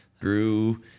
Grew